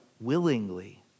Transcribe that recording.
willingly